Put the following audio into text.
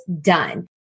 done